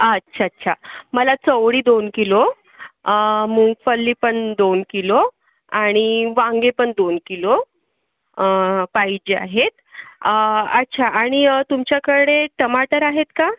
अच्छा च्छा मला चवळी दोन किलो मुंगफल्ली पण दोन किलो आणि वांगे पण दोन किलो पाहिजे आहेत अच्छा आणि तुमच्याकडे टमाटर आहेत का